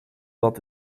dat